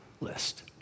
list